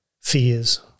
fears